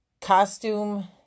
Costume